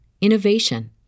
innovation